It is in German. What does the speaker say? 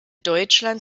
deutschland